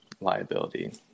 liability